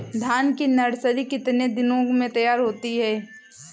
धान की नर्सरी कितने दिनों में तैयार होती है?